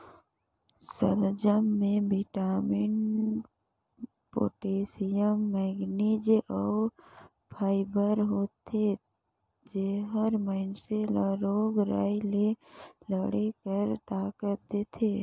सलजम में vitamin, potassium, manganese अउ फाइबर होथे जेहर मइनसे ल रोग राई ले लड़े कर ताकत देथे